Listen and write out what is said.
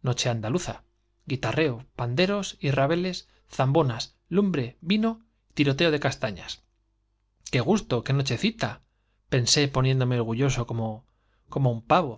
nocheandaluza guitarreo panderos rabe les zambombas lumbre vino tiroteo de castañas j qué gusto j qué nochecita pensé poniéndome orgulloso como un pavo